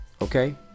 okay